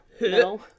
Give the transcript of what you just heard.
no